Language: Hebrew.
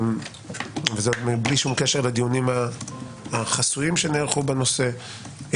וזאת מבלי שום קשר לדיונים החסויים שנערכו בנושא,